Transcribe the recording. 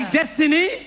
destiny